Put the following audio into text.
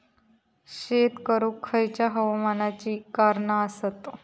शेत करुक खयच्या हवामानाची कारणा आसत?